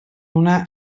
una